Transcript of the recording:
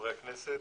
חבריי חברי הכנסת,